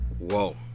whoa